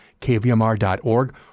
kvMR.org